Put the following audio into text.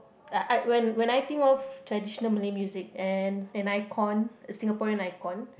uh when when I think of traditional Malay music and an icon a Singaporean icon